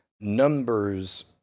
numbers